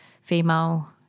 female